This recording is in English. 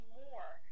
more